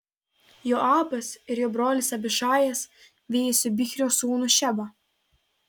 joabas ir jo brolis abišajas vijosi bichrio sūnų šebą